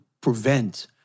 prevent